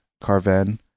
Carven